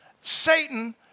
Satan